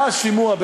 מה "השימוע"?